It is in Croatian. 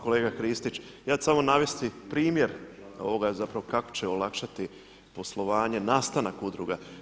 Kolega Kristić, ja ću samo navesti primjer ovoga zapravo kako će olakšati poslovanje, nastanak udruga.